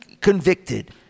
convicted